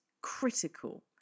critical